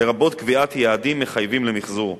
לרבות קביעת יעדים מחייבים למיחזור.